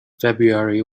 february